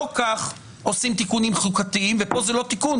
לא כך עושים תיקונים חוקתיים וכאן זה לא תיקון